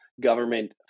government